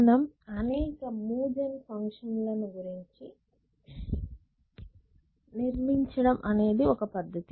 మనం అనేక మూవ్ జెన్ ఫంక్షన్ లను నిర్మించడం అనేది ఒక పద్ధతి